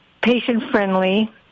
patient-friendly